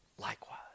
likewise